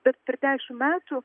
bet per dešim metų